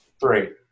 Three